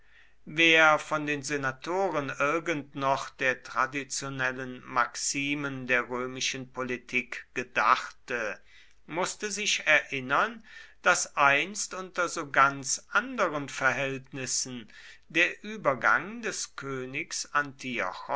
wer von den senatoren irgend noch der traditionellen maximen der römischen politik gedachte mußte sich erinnern daß einst unter so ganz anderen verhältnissen der übergang des königs